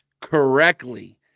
correctly